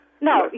No